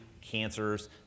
cancers